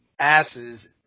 asses